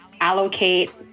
allocate